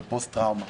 שזו פוסט טראומה.